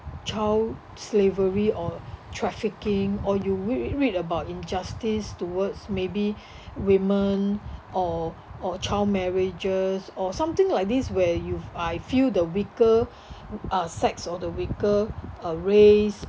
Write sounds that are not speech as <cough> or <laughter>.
child slavery or trafficking or you re~ re~ read about injustice towards maybe <breath> women or or child marriages or something like this where you I feel the weaker uh sex or the weaker uh race